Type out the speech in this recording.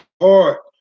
heart